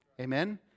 Amen